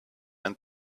and